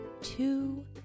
two